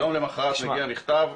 יום למחרת הגיע מכתב.